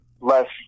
less